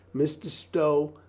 mr. stow,